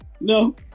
No